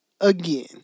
again